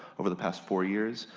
over the past four years,